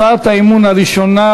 הצעת האי-אמון הראשונה,